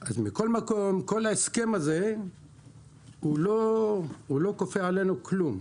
אז כל ההסכם הזה לא כופה עלינו כלום.